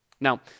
Now